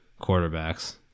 quarterbacks